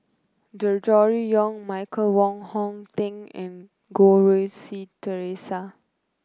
Gregory Yong Michael Wong Hong Teng and Goh Rui Si Theresa